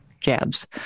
jabs